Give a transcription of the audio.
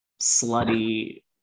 slutty